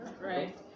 Right